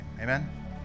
Amen